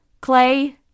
Clay